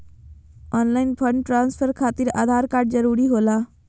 Online fund transfer Aadhaar आधार कार्ड जरूरी होला?